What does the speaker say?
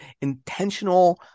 intentional